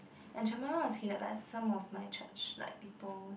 and Chiang-Mai one was headed by some of my church like people